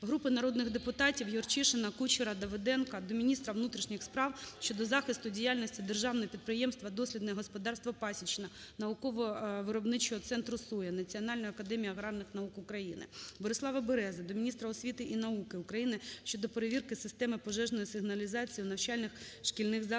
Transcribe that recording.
Групи народних депутатів (Юрчишина, Кучера, Давиденка) до міністра внутрішніх справ щодо захисту діяльності Державного підприємства "Дослідне господарство "Пасічна" Науково-виробничого центру "Соя" Національної академії аграрних наук України. Борислава Берези до міністра освіти і науки України щодо перевірки системи пожежної сигналізації у навчальних шкільних закладах